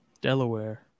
Delaware